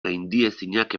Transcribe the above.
gaindiezinak